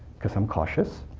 because i'm cautious.